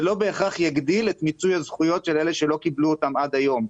זה לא בהכרח יגדיל את מיצוי הזכויות של אלה שלא קיבלו אותן עד היום.